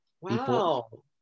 Wow